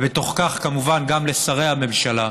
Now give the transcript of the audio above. ובתוך כך כמובן גם משרי הממשלה,